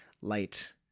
light